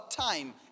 time